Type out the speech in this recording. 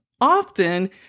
often